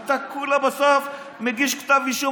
אתה כולה בסוף מגיש כתב אישום,